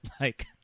like-